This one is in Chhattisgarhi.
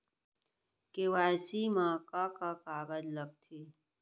के.वाई.सी मा का का कागज लगथे?